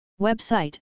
Website